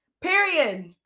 Period